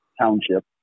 township